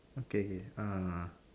okay K ah ah ah